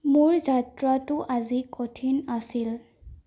মোৰ যাত্ৰাটো আজি কঠিন আছিল